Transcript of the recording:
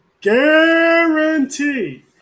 guarantee